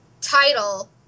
title